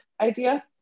idea